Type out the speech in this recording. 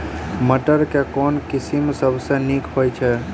मटर केँ के किसिम सबसँ नीक होइ छै?